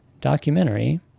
documentary